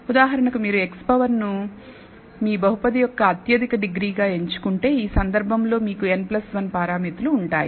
ఉదాహరణకు మీరు x power n ను మీ బహుపది యొక్క అత్యధిక డిగ్రీ గా ఎంచుకుంటే ఈ సందర్భంలో మీకు n 1 పారామితులు ఉంటాయి